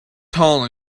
tall